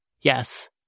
yes